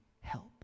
help